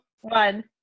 one